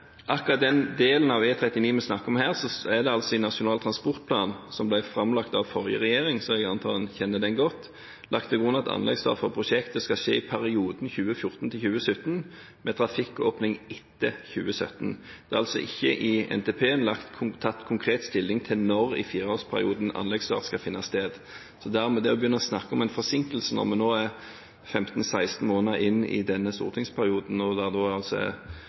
akkurat den delen av E39 vi her snakker om, er det i Nasjonal transportplan, som ble framlagt av forrige regjering – så jeg antar en kjenner den godt – lagt til grunn at anleggsstart for prosjektet skal skje i perioden 2014–2017, med trafikkåpning etter 2017. Det er i NTP-en altså ikke tatt konkret stilling til når i fireårsperioden anleggsstart skal finne sted. Dermed blir det å begynne å snakke om en forsinkelse når vi er 15–16 måneder inne i denne stortingsperioden – det er altså